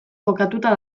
kokatuta